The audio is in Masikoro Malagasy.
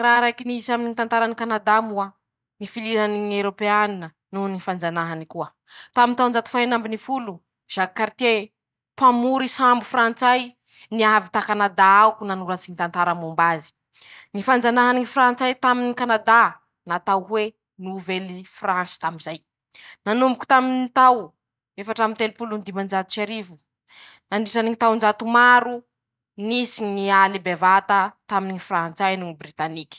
Raha raiky nisy aminy tantarany Kanadà moa: ñy filirany ñy erôpeanina no ñy fanjanahany koa, tamy taonjato faha enin'ambiny folo zakaritie mpamory sambo frantsay niavy ta kanadà ao nanoratsy ñy tantara momba azy, ñy fanjanahany ñy frantsay taminy Kanadà, natao hoe novely fransy tamin'izay, nanomboky tamy tao efatr'amby telopolo no dimanjato sy arivo, nandritra ñy taonjato maro, nisy ñy aly bevata taminy ñy frantsay noho ñy britaniky.